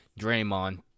Draymond